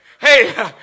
hey